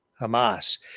Hamas